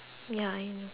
ya I know